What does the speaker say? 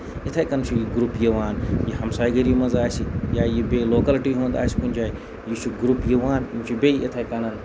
یِتھٕے کَنۍ چھُ یہِ گرُپ یِوان یہِ ہَمسایہِ گٔری منٛز آسہِ یا یہِ بیٚیہِ لوکَلٹی منٛز آسہِ کُنہِ جایہِ یہِ چھُ گرُپ یِوان یِم چھِ بیٚیہِ یِتھٕے کَنۍ